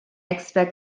expect